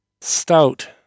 Stout